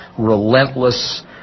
relentless